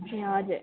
ए हजुर